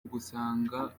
ugusanga